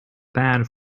bad